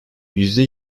yüzde